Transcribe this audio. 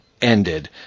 ended